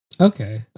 Okay